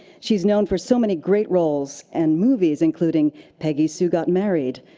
she's known for so many great roles and movies, including peggy sue got married,